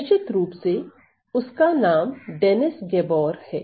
निश्चित रूप से उसका नाम डेनिस गैबोर है